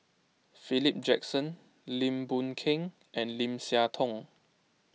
Philip Jackson Lim Boon Keng and Lim Siah Tong